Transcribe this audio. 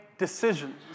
decisions